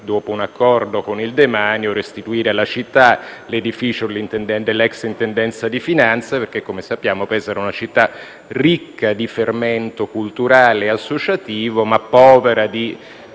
dopo un accordo con il demanio, restituire alla città l'edificio dell'ex Intendenza di finanza perché, come sappiamo, Pesaro è una città ricca di fermento culturale e associativo ma povera di